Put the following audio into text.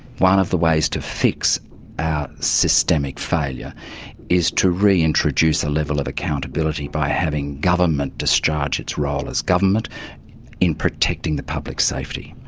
one of the ways to fix our systemic failure is to reintroduce a level of accountability by having government discharge its role as government in protecting the public safety.